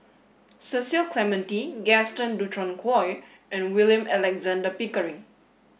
Cecil Clementi Gaston Dutronquoy and William Alexander Pickering